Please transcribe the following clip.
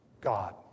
God